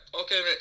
Okay